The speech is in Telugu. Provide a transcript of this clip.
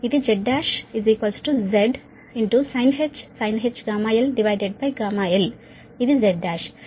కాబట్టి ఇది Z1 Z sinh γl γl ఇది Z1